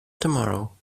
tomorrow